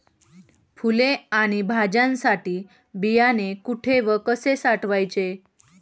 फुले आणि भाज्यांसाठी बियाणे कुठे व कसे साठवायचे?